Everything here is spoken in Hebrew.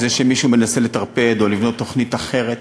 זה שמישהו מנסה לטרפד או לבנות תוכנית אחרת.